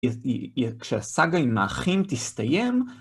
כשהסגה עם האחים תסתיים...